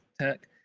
tech